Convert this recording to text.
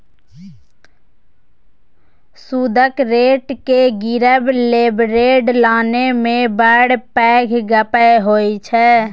सुदक रेट केँ गिरब लबरेज्ड लोन मे बड़ पैघ गप्प होइ छै